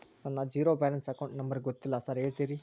ನನ್ನ zero balance account number ಗೊತ್ತಿಲ್ಲ sir ಹೇಳ್ತೇರಿ?